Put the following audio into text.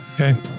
Okay